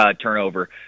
turnover